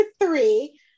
three